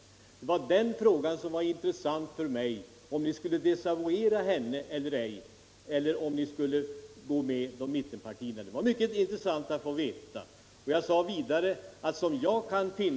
Det var den frågan som var av intresse för mig — om ni skulle desavouera er ledamot i socialutskottet eller ej. Jag tyckte det var mycket intressant att veta om ni skulle gå med mittenpartierna på den punkten.